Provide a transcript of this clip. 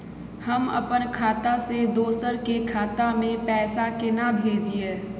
हम अपन खाता से दोसर के खाता में पैसा केना भेजिए?